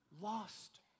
lost